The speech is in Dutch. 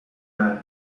laat